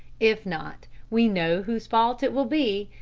if not, we know whose fault it will be,